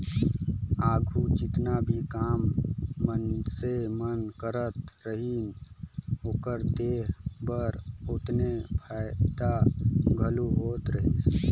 आघु जेतना भी काम मइनसे मन करत रहिन, ओकर देह बर ओतने फएदा घलो होत रहिस